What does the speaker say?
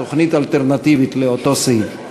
תוכנית אלטרנטיבית לאותו סעיף.